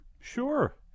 Sure